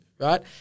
right